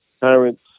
parents